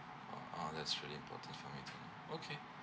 ah ah that's very important for me to know okay